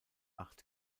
acht